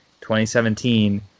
2017